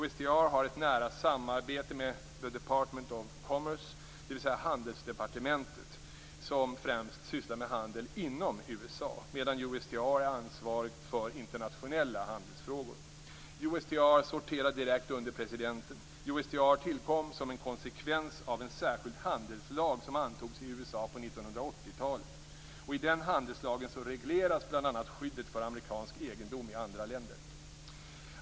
USTR har ett nära samarbete med the Department of Commerce, dvs. Handelsdepartementet, som främst sysslar med handel inom USA, medan USTR är ansvarigt för internationella handelsfrågor. USTR sorterar direkt under presidenten. USTR tillkom som en konsekvens av en särskild handelslag som antogs i USA på 1980-talet. I denna handelslag regleras bl.a. skyddet för amerikansk egendom i andra länder.